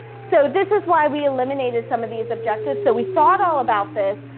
so this is why we eliminated some of these objectives. so we thought all about this,